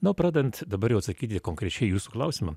na o pradedant dabar jau atsakyti konkrečiai į jūsų klausimą